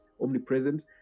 omnipresent